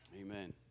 Amen